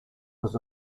was